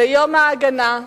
ל"יום ההגנה",